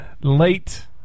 late